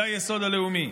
זה היסוד הלאומי.